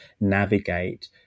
navigate